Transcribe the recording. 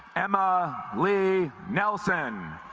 emma lee nelson